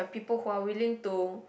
people who are willing to